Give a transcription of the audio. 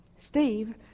Steve